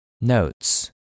Notes